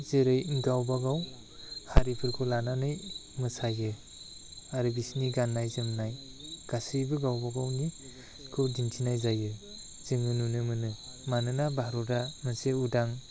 जेरै गावबागाव हारिफोरखौ लानानै मोसायो आरो बिसिनि गान्नाय जोमन्नाय गासैबो गावबा गावनिखौ दिन्थिनाय जायो जों नुनो मोनो मानोना भारतआ मोनसे उदां